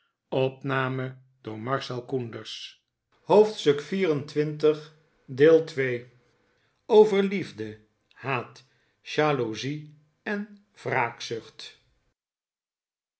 hoofdstuk xxiv over liefde haat jaloezie en